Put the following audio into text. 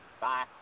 Bye